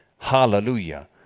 Hallelujah